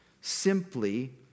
simply